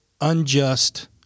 unjust